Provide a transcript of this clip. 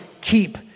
keep